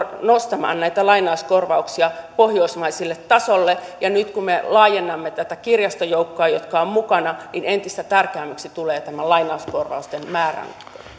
nostamaan näitä lainauskorvauksia pohjoismaiselle tasolle ja nyt kun me laajennamme tätä kirjastojoukkoa joka on mukana niin entistä tärkeämmäksi tulee tämä lainauskorvausten määrän